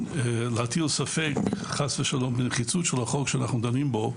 להטיל ספק חלילה בנחיצות החוק שאנחנו דנים בו,